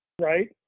right